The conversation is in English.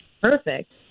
perfect